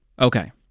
Okay